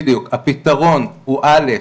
הפתרון הוא, א',